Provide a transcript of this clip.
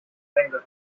hanger